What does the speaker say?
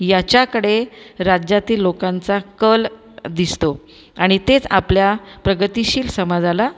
याच्याकडे राज्यातील लोकांचा कल दिसतो आणि तेच आपल्या प्रगतीशील समाजाला